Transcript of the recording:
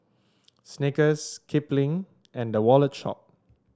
Snickers Kipling and The Wallet Shop